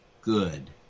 Good